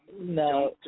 No